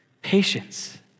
patience